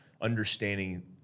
understanding